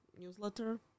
newsletter